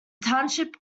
township